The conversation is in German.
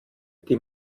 die